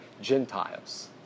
Gentiles